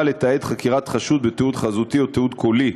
לתעד חקירת חשוד בתיעוד חזותי או תיעוד קולי,